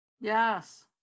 Yes